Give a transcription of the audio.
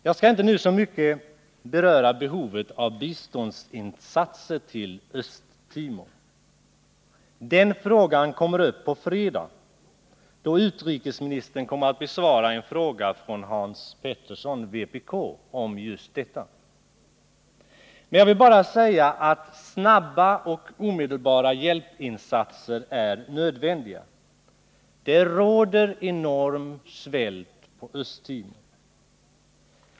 Jag skall inte nu så mycket beröra behovet av biståndsinsatser till Östtimor. Den frågan kommer upp på fredag, då utrikesmministern skall besvara en fråga av Hans Petersson, vpk. Jag vill bara säga att snabba och omedelbara hjälpinsatser är nödvändiga. Det råder enorm svält i Östtimor.